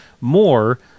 more